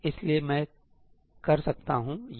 इसलिए मैं कर सकता हूं Uxx